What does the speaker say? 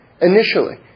initially